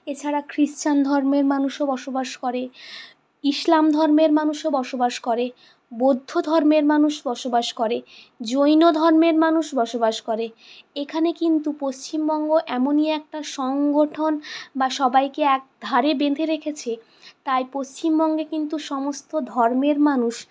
এছাড়া খ্রিস্টান ধর্মের মানুষও বসবাস করে ইসলাম ধর্মের মানুষও বসবাস করে বৌদ্ধ ধর্মের মানুষ বসবাস করে জৈন ধর্মের মানুষ বসবাস করে এখানে কিন্তু পশ্চিমবঙ্গ এমনই একটা সংগঠন বা সবাইকে এক ধারে বেঁধে রেখেছে তাই পশ্চিমবঙ্গে কিন্তু সমস্ত ধর্মের মানুষ